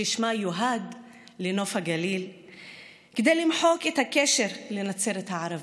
ששמה יוהד לנוף הגליל כדי למחוק את הקשר לנצרת הערבית.